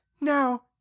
now